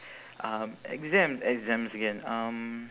um exams exams again um